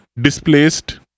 displaced